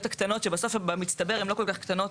הקטנות שבסוף במצטבר הן לא כל כך קטנות,